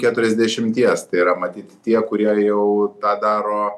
keturiasdešimties tai yra matyt tie kurie jau tą daro